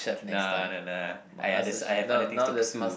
nah nah nah I others I have other things to pursue